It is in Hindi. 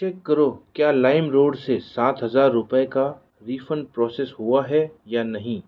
चेक करो क्या लाइमरोड से सात हजार रुपये का रिफ़ंड प्रोसेस हुआ है या नहीं